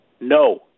No